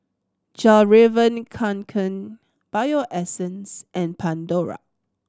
Fjallraven Kanken Bio Essence and Pandora